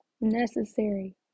Necessary